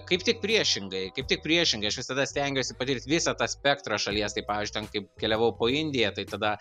kaip tik priešingai kaip tik priešingai aš visada stengiuosi patirt visą spektrą šalies tai pavyžiui ten kaip keliavau po indiją tai tada